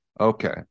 Okay